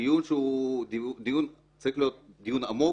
דיון שצריך להיות עמוק,